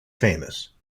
famous